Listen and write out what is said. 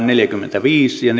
neljäkymmentäviisi ja